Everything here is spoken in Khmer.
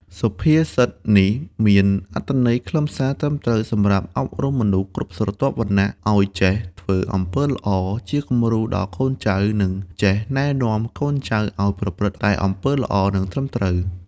សុភាសិតនេះមានអត្ថន័យខ្លឹមសារ ត្រឹមត្រូវ សំរាប់អប់រំមនុស្សគ្រប់ស្រទាប់វណ្ណៈ ឲ្យចេះធ្វើអំពើល្អ ជាគំរូដល់កូនចៅ និងចេះណែនាំកូនចៅអោយប្រព្រឹត្តតែអំពើល្អ និងត្រឹមត្រូវ។